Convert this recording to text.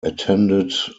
attended